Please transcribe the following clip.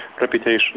Reputation